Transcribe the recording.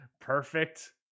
Perfect